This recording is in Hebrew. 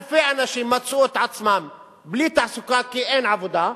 אלפי אנשים מצאו את עצמם בלי תעסוקה כי אין עבודה,